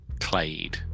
clade